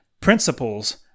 principles